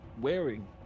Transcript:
wearing